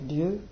Dieu